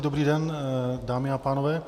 Dobrý den, dámy a pánové.